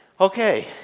Okay